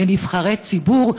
של נבחרי ציבור.